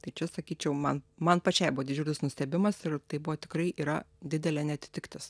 tai čia sakyčiau man man pačiai buvo didžiulis nustebimas ir tai buvo tikrai yra didelė neatitiktis